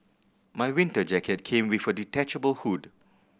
my winter jacket came with a detachable hood